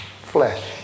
flesh